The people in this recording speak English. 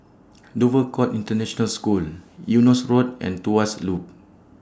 Dover Court International School Eunos Road and Tuas Loop